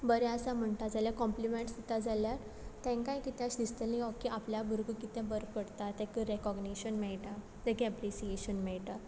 बरें आसा म्हुणटा जाल्या कॉम्प्लिमँट्स दिता जाल्यार तेंकांय कितें अश दिसतलें ऑके आपल्या भुरगो कितें बर करता ताका रॅकॉगनेशन मेळटा ताका एप्रिसियेशन मेळटा